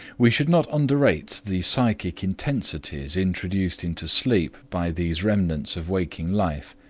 we should not underrate the psychic intensities introduced into sleep by these remnants of waking life,